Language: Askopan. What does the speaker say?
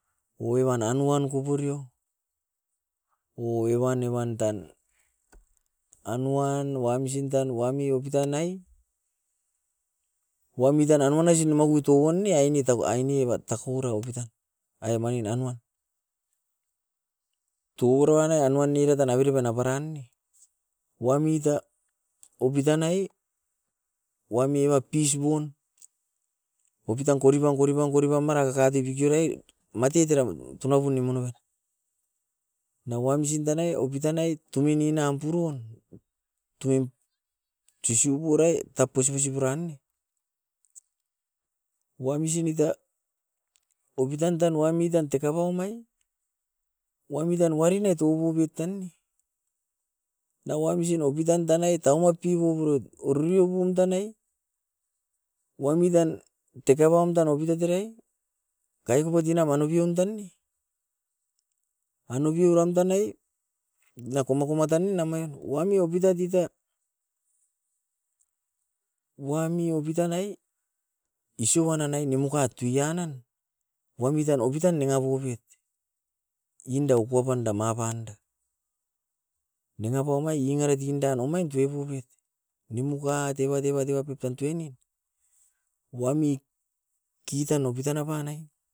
Oueban anuan koporio o evan evan tan anuan wamsin tan wami opitan nai. Wami tan anuan naisin maguito oun ne aine tau aine evat takurau opitan, ai manin anuan. Turuanai anuan iratan averepan aparan ne, wamit a opitan nai wami evat pis bun opitan koripan, koripan, koripan mara kakate kikiorai matet era tunapun nimun noven. Na wamsin tanai opitan nai tunuini nam purun, tunuim sisiupu rai taposi posi puran ne wamsin ita opitan tan wami tan tekapaum ai wamitan warinai tububiot tan nae na wamsin opitan tanai taumap pipoburoit oriirio pum tanai wami tan tekapam tan opitat erai kaikopotina banopion tan ne, auno pioram tanai na komakoma tanin amain o wami opitita, wami opitan nai nisoan nanai niomukat tuianan. Wamit tan opitan nanga poupit inda ukoapan dama panda. Nanga papai ingeri tindan omain tueibubit, nimuka teba teba teba pep tan tueini wamit kitan opitan na banai.